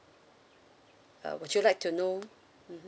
uh would you like to know mmhmm